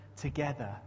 together